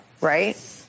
right